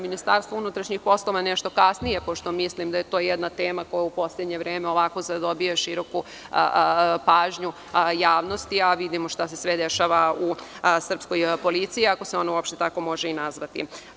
Ministarstvo unutrašnjih poslova, nešto kasnije, pošto mislim da je to jedna tema koja u poslednje vreme dobija široku pažnju javnosti, a vidimo šta se sve dešava u srpskoj policiji, ako se ona u opšte tako može i nazvati.